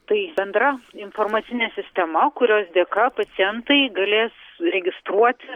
tai bendra informacinė sistema kurios dėka pacientai galės registruoti